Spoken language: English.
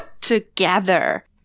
together